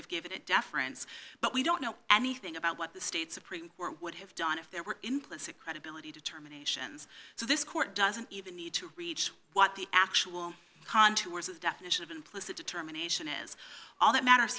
have given it deference but we don't know anything about what the state supreme court would have done if there were implicit credibility determinations so this court doesn't even need to reach what the actual contours of the definition of implicit determination is all that matters